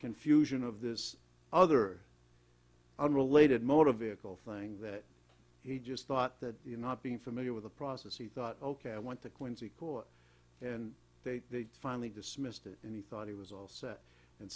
confusion of this other unrelated motor vehicle thing that he just thought that you not being familiar with the process he thought ok i want to quincy court and they finally dismissed it and he thought he was all set and